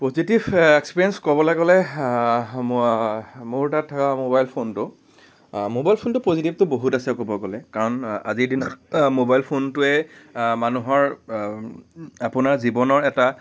positive experience ক'বলে গ'লে মোৰ তাত থকা মোবাইল ফোনটো মোবাইল ফোনটোৰ পজিটিভতো বহুত আছে ক'ব গ'লে কাৰণ আজিৰ দিনত মোবাইল ফোনটোৱে মানুহৰ আপোনাৰ জীৱনৰ এটা